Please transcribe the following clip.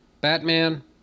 Batman